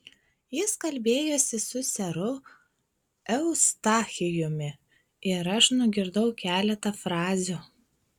jis kalbėjosi su seru eustachijumi ir aš nugirdau keletą frazių